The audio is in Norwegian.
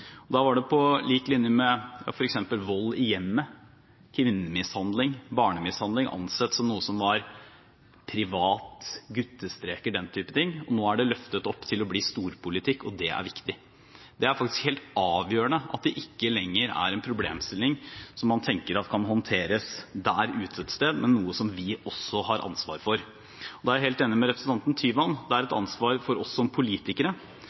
Da var det, på lik linje med f.eks. vold i hjemmet, kvinnemishandling og barnemishandling, ansett som noe som var privat, guttestreker eller den typen ting. Nå er det løftet opp til å bli storpolitikk, og det er viktig. Det er faktisk helt avgjørende at mobbing ikke lenger er en problemstilling som man tenker kan håndteres der ute et sted, men er noe som vi også har ansvar for. Da er jeg helt enig med representanten Tyvand: Det er et ansvar for oss som politikere,